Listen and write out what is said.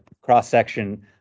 cross-section